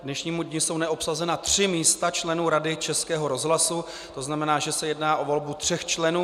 K dnešnímu dni jsou neobsazena tři místa členů Rady Českého rozhlasu, to znamená že se jedná o volbu tří členů.